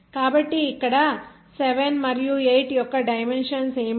కాబట్టి ఇక్కడ 7 మరియు 8 యొక్క డైమెన్షన్స్ ఏమిటి